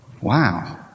Wow